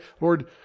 Lord